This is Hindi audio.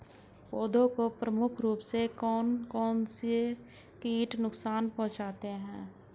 पौधों को प्रमुख रूप से कौन कौन से कीट नुकसान पहुंचाते हैं?